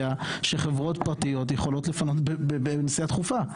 שחברות פרטיות יכולות לפנות בנסיעה דחופה.